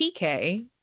PK